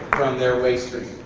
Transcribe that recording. their waste stream,